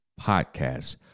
podcast